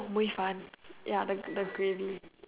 mui fan ya the the gravy